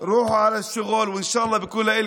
אז חשוב לי להעביר את העמדה